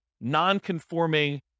non-conforming